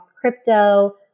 crypto